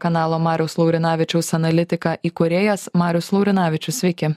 kanalo mariaus laurinavičiaus analitika įkūrėjas marius laurinavičius sveiki